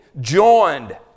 joined